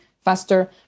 faster